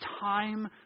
time